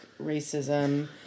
racism